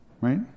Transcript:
Right